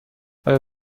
آیا